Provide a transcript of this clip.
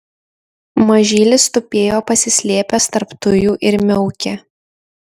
mažylis tupėjo pasislėpęs tarp tujų ir miaukė